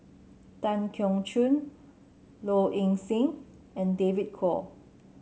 Tan Keong Choon Low Ing Sing and David Kwo